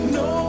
no